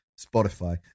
Spotify